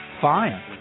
Fine